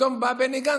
פתאום בא גם בני גנץ,